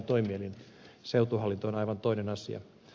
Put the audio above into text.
seutuhallinto on aivan toinen asia